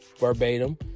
verbatim